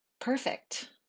perfect